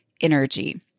energy